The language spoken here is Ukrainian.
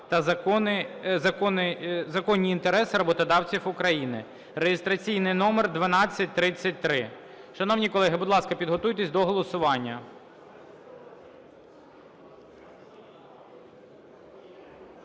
та законні інтереси роботодавців України) (реєстраційний номер 1233). Шановні колеги, будь ласка, підготуйтесь до голосування.